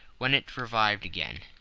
when it revived again.